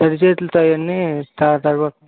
తడి చేతులుతో అవన్నీ స్టార్ట్ అవవు